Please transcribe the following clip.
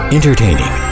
Entertaining